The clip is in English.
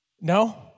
No